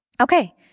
Okay